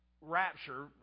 rapture